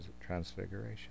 Transfiguration